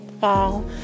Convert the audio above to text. fall